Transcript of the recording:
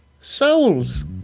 souls